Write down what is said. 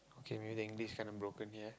okay maybe the English kinda broken here